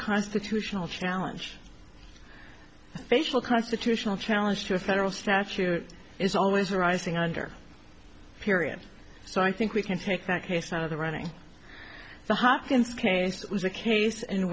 constitutional challenge facial constitutional challenge to a federal statute is always arising under period so i think we can take that case out of the running the hopkins case was a case